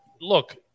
look